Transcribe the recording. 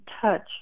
touch